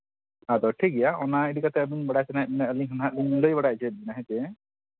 ᱟᱫᱚ ᱴᱷᱤᱠ ᱜᱮᱭᱟ ᱚᱱᱟ ᱤᱫᱤ ᱠᱟᱛᱮᱫ ᱵᱟᱲᱟᱭ ᱥᱟᱱᱟᱭᱮᱫ ᱵᱮᱱᱟ ᱟᱹᱞᱤᱧ ᱦᱚᱱᱟᱜ ᱞᱤᱧ ᱞᱟᱹᱭ ᱵᱟᱲᱟᱭᱟ ᱦᱚᱪᱚᱭᱮᱫ ᱵᱮᱱᱟ ᱦᱮᱸᱥᱮ